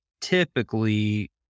typically